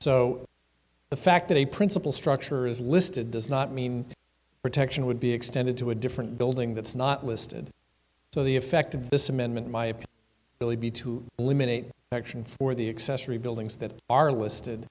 so the fact that a principal structure is listed does not mean the protection would be extended to a different building that's not listed so the effect of this amendment by really be to eliminate section for the excess three buildings that are listed